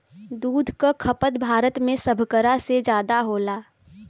दूध क खपत भारत में सभकरा से जादा होला